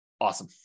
Awesome